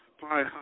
Pai